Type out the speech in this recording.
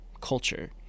culture